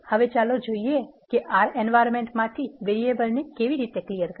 હવે ચાલો જોઈએ કે R environment માંથી વેરિએબલ ને કેવી રિતે સાફ કરવા